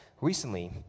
Recently